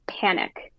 panic